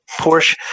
porsche